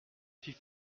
suis